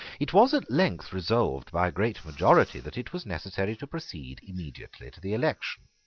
it was at length resolved by a great majority that it was necessary to proceed immediately to the election.